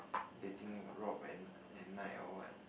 getting robbed at at night or what